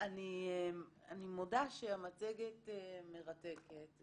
אני מודה שהמצגת מרתקת,